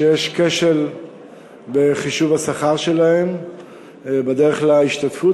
שיש כשל בחישוב השכר שלהן בדרך להשתתפות,